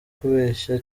kubeshya